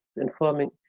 informing